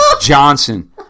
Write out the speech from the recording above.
Johnson